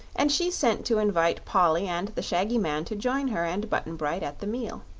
and she sent to invite polly and the shaggy man to join her and button-bright at the meal.